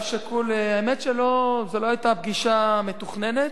האמת שזו לא היתה פגישה מתוכננת,